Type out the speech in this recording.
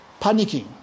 panicking